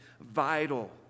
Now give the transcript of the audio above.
vital